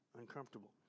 uncomfortable